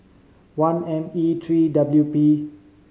one M E three W P